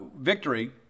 victory